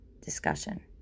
discussion